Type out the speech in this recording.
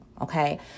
Okay